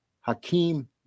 Hakeem